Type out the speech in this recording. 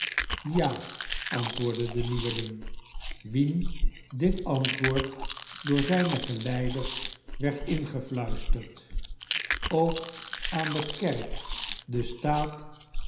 ja antwoordde de nieuweling wien dit antindrukwekkende plechtigheid woord door zijne geleiders werd ingefluisterd s ook aan de kerk den staat